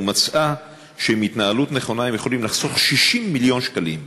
ומצאה שבהתנהלות נכונה הם יכולים לחסוך 60 מיליון שקלים,